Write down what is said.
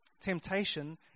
Temptation